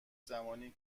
زمانی